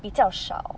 比较少